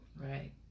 Right